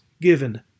given